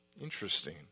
Interesting